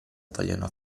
vogliono